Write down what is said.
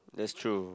that's true